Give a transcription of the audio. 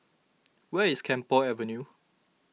where is Camphor Avenue